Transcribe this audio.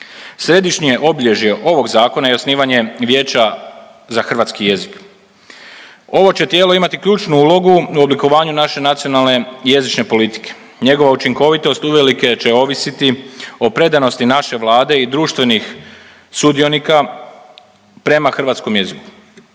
Središnje obilježje ovog zakona je osnivanje Vijeća za hrvatski jezik. Ovo će tijelo imati ključnu ulogu u oblikovanju naše nacionalne jezične politike. Njegova učinkovitost uvelike će ovisiti o predanosti naše Vlade i društvenih sudionika prema hrvatskom jeziku.